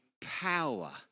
power